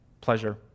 pleasure